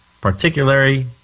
particularly